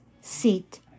Sit